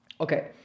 Okay